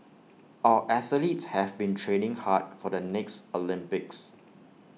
our athletes have been training hard for the next Olympics